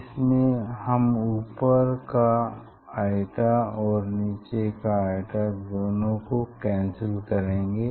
इसमें हम ऊपर का i और नीचे का i दोनों को कैंसिल करेंगे